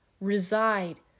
Reside